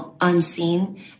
unseen